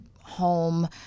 home